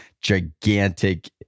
gigantic